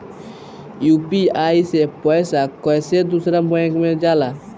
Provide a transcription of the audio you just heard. UPI से पैसा कैसे दूसरा बैंक मे जाला?